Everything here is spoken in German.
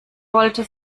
wollte